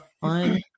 fun